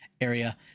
area